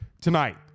tonight